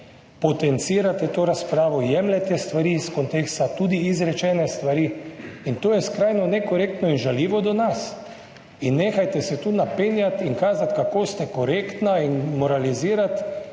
potencirate to razpravo, jemljete stvari iz konteksta, tudi izrečene stvari, in to je skrajno nekorektno in žaljivo do nas. Nehajte se tu napenjati in kazati, kako ste korektni in moralizirati,